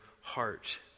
heart